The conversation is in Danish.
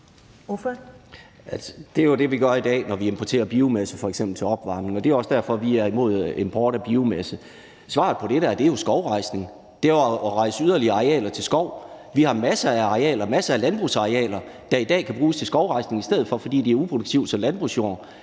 Det er jo det, vi gør i dag, når vi f.eks. importerer biomasse til opvarmning, og det er også derfor, vi er imod import af biomasse. Svaret på det her spørgsmål er jo skovrejsning, det er at rejse yderligere arealer til skov. Vi har masser af arealer, masser af landbrugsarealer, der i dag kunne bruges til skovrejsning i stedet for, fordi de er uproduktive som landbrugsjord.